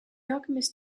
alchemist